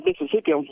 Mississippi